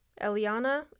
Eliana